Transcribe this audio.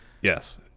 Yes